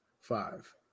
Five